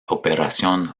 operación